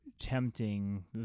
tempting